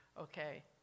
okay